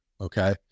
okay